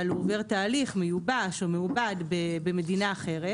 אבל הוא עובר תהליך, מיובש או מעובד, במדינה אחרת,